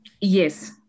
Yes